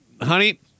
honey